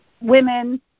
women